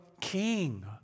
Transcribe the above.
king